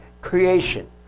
creation